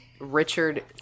Richard